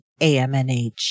AMNH